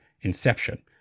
inception